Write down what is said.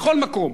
בכל מקום.